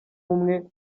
umwe